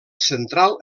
central